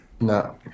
No